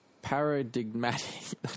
paradigmatic